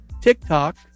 TikTok